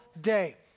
day